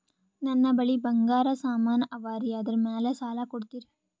ನನ್ನ ಬಳಿ ಬಂಗಾರ ಸಾಮಾನ ಅವರಿ ಅದರ ಮ್ಯಾಲ ಸಾಲ ಕೊಡ್ತೀರಿ?